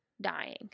dying